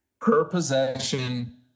per-possession